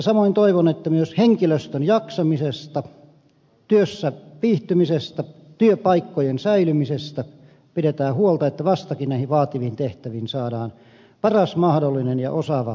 samoin toivon että myös henkilöstön jaksamisesta työssäviihtymisestä työpaikkojen säilymisestä pidetään huolta että vastakin näihin vaativiin tehtäviin saadaan paras mahdollinen ja osaava henkilöstö